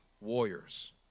Warriors